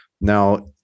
Now